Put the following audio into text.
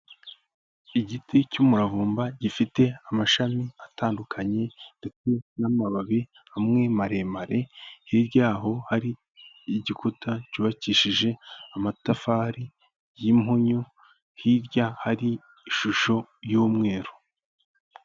Igiti cy'umuravumba gifite amashami atandukanye ndetse n'amababi amwe maremare, hirya yaho hari igikuta cyubakishije amatafari y'impunyu hirya hari ishusho y'umweru.